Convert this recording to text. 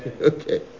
Okay